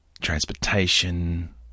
transportation